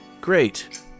Great